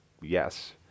yes